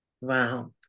Wow